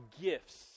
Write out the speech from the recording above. gifts